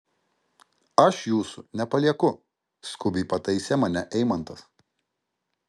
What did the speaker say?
aš jūsų nepalieku skubiai pataisė mane eimantas